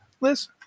Liz